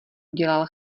udělal